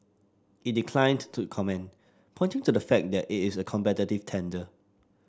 it declined to comment pointing to the fact that it is a competitive tender